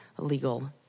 illegal